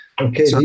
Okay